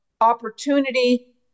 opportunity